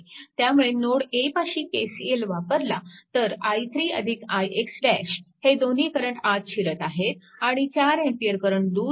त्यामुळे node A पाशी KCL वापरला तर i3 ix हे दोन्ही करंट आत शिरत आहेत आणि 4A करंट दूर जात आहे